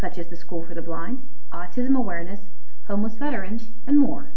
such as the school for the bronx autism awareness homeless veterans and more